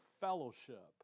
fellowship